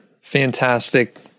fantastic